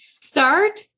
start